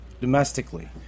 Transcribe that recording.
domestically